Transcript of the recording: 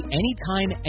anytime